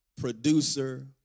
producer